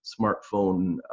smartphone